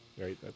right